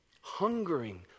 hungering